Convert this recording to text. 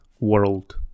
world